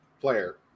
Player